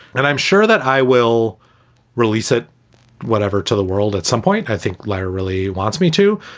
and i'm sure that i will release it whatever to the world at some point. i think labor really wants me to,